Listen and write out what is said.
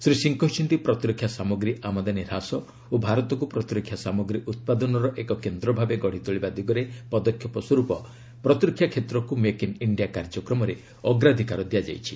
ଶ୍ରୀ ସିଂହ କହିଛନ୍ତି ପ୍ରତିରକ୍ଷା ସାମଗ୍ରୀ ଆମଦାନୀ ହ୍ରାସ ଓ ଭାରତକୁ ପ୍ରତିରକ୍ଷା ସାମଗ୍ରୀ ଉତ୍ପାଦନର ଏକ କେନ୍ଦ୍ର ଭାବେ ଗଢ଼ିତୋଳିବା ଦିଗରେ ପଦକ୍ଷେପ ସ୍ୱର୍ପ ପ୍ରତିରକ୍ଷା କ୍ଷେତ୍ରକୁ ମେକ୍ ଇନ୍ ଇଣ୍ଡିଆ କାର୍ଯ୍ୟକ୍ରମରେ ଅଗ୍ରାଧକାର ଦିଆଯାଇଛି